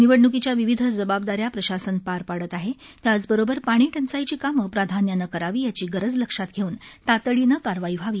निवडणुकीच्या विविध जबाबदाऱ्या प्रशासन पार पाडत आहे त्याचबरोबर पाणीटंचाईची कामं प्राधान्यानं करावी याची गरज लक्षात घेऊन तातडीनं कारवाई व्हावी